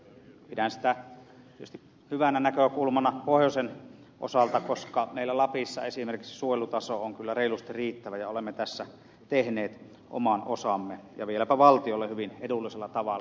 pidän sitä tietysti hyvänä näkökulmana pohjoisen osalta koska meillä lapissa esimerkiksi suojelutaso on kyllä reilusti riittävä ja olemme tässä tehneet oman osamme ja vieläpä valtiolle hyvin edullisella tavalla